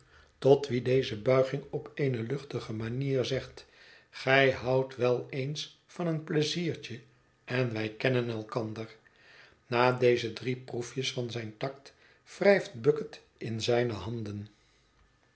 tot wien deze buiging op eene luchtige manier zegt gij houdt wel eens van een pleiziertje en wij kennen elkander na deze drie proefjes van zijn tact wrijft bucket in zijne handen